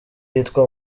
yitwa